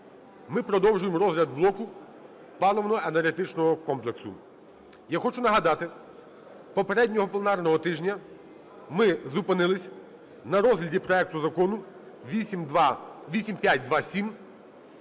ми продовжуємо розгляд блоку паливно-енергетичного комплексу. Я хочу нагадати: попереднього пленарного тижня ми зупинились на розгляді проекту закону 8527.